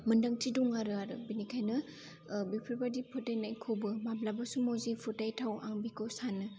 मोनदांथि दङ आरो बिनिखायनो बेफोरबायदि फोथायनायखौ माब्लाबा समाव जे फोथाइथाव आं बेखौ सानो